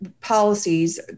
policies